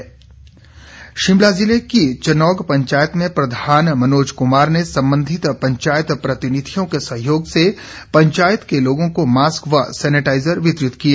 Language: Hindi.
सुरक्षा उपकरण शिमला जिले की चनोग पंचायत में प्रधान मनोज कुमार ने संबंधित पंचायत प्रतिनिधियों के सहयोग से पंचायत के लोगों को मास्क व सैनिटाईजर वितरित किए